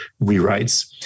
rewrites